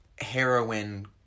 heroin